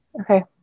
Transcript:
okay